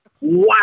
Wow